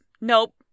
nope